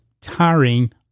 tiring